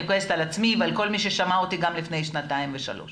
כועסת על עצמי ועל כל מי ששמע אותי גם לפני שנתיים ושלוש